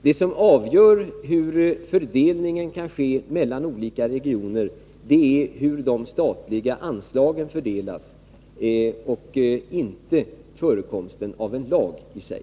Det som avgör hur fördelningen kan ske mellan olika regioner är hur de statliga anslagen fördelas och inte förekomsten av en lag i sig.